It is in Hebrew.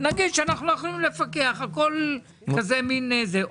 נגיד שאנחנו לא יכולים לפקח, הכול כזה מן זה.